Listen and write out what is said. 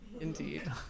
Indeed